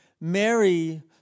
Mary